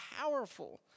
powerful